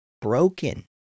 broken